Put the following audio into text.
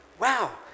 Wow